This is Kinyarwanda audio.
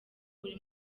buri